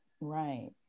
Right